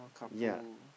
yeah